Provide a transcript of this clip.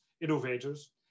innovators